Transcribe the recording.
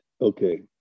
Okay